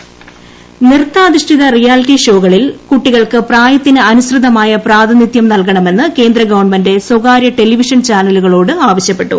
reality show നൃത്താധിഷ്ഠിത reality ഷോകളിൽ കുട്ടികൾക്ക് പ്രായത്തിന് അനുസൃതമായ പ്രാതിനിധൃം നൽകണമെന്ന് കേന്ദ്രഗവൺമെന്റ് സ്വകാര്യ ടെലിവിഷൻ ചാനലുകളോട് ആവശ്യപ്പെട്ടു